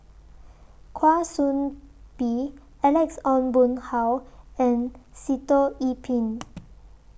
Kwa Soon Bee Alex Ong Boon Hau and Sitoh Yih Pin